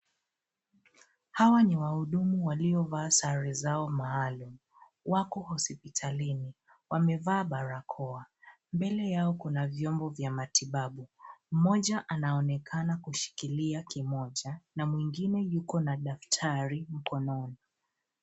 Hawa ni wahudumu waliovaa sare zao maalum, wako hospitalini, wamevaa barakoa. Mbele yao kuna vyombo vya matibabu. Mmoja anaonekana kushikilia kimoja na mwingine yuko na daftari mkononi.